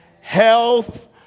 health